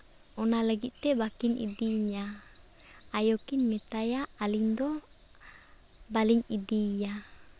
ᱚᱱᱟ ᱞᱟᱹᱜᱤᱫ ᱛᱮ ᱵᱟᱹᱠᱤᱱ ᱤᱫᱤᱭᱤᱧᱟᱹ ᱟᱭᱚᱠᱤᱱ ᱢᱮᱛᱟᱭᱟ ᱟᱹᱞᱤᱧ ᱫᱚ ᱵᱟᱹᱞᱤᱧ ᱤᱫᱤᱭᱮᱭᱟ